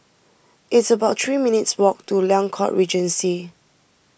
it's about three minutes' walk to Liang Court Regency